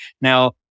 Now